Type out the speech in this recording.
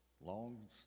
long